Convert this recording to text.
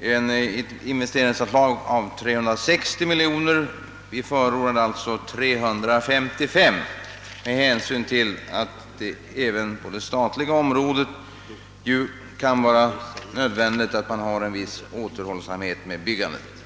ett investeringsanslag på 360 miljoner kronor, medan vi förordar 355 miljoner kronor med hänsyn till att det även på det statliga området kan vara nödvändigt med en viss återhållsamhet i byggandet.